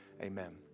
Amen